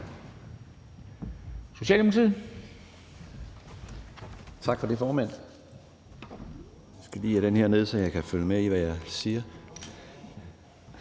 Socialdemokratiet.